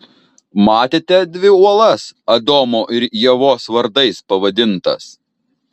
matėte dvi uolas adomo ir ievos vardais pavadintas